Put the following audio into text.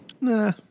Nah